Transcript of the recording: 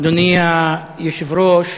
אדוני היושב-ראש,